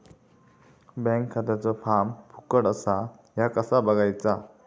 Bank खात्याचो form फुकट असा ह्या कसा बगायचा?